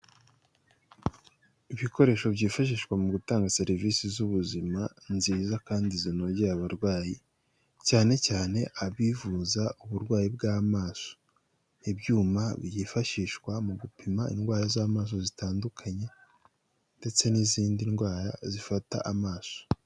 Ibikoresho byifashishwa mu gutanga serivisi z'ubuzima nziza kandi zinogeye abarwayi cyane cyane abivuza uburwayi bw'amaso, ibyuma byifashishwa mu gupima indwara z'amaso zitandukanye ndetse n'izindi ndwara zifata amaso.